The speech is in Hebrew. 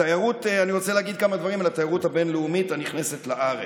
אני רוצה להגיד כמה דברים על התיירות הבין-לאומית הנכנסת לארץ,